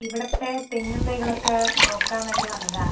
ഇവിടുത്തെ തെങ്ങിൻ തൈകൾ ഒക്കെ നോക്കാൻ വേണ്ടി വന്നതാ